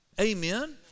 Amen